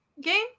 game